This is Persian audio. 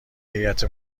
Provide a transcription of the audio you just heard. هیات